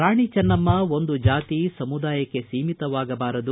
ರಾಣಿ ಚನ್ನಮ್ನ ಒಂದು ಜಾತಿ ಸಮುದಾಯಕ್ಕೆ ಸೀಮಿತವಾಗಬಾರದು